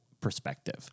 perspective